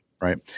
right